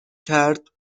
کرد